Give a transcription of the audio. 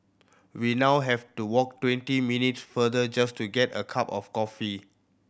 we now have to walk twenty minutes farther just to get a cup of coffee